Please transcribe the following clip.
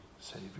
savior